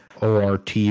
ORT